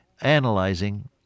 analyzing